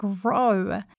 grow